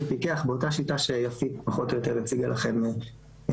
פיקח באותה שיטה שיפית פחות או יותר הציגה לכם קודם,